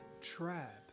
trap